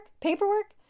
Paperwork